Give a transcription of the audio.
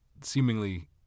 seemingly